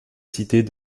cités